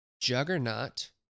Juggernaut